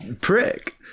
Prick